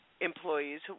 Employees